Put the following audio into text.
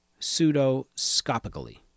pseudoscopically